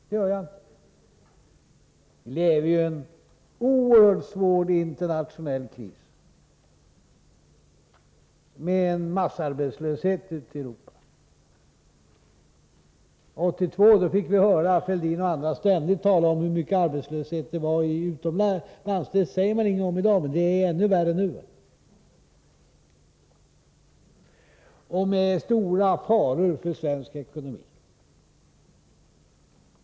Det gör jag inte. Vi lever i en oerhört svår internationell kris med en massarbetslöshet ute i Europa. År 1982 fick vi höra Thorbjörn Fälldin och andra ständigt tala om hur stor arbetslösheten var utomlands. Det säger man ingenting om i dag, men den är ännu värre nu. Det innebär stora faror för svensk ekonomi.